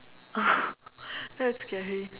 no it's scary